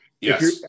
Yes